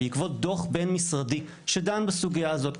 בעקבות דו"ח בין-משרדי שדן בסוגייה הזאת.